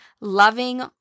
loving